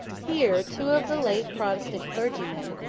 here, two of the late protestant clergymen,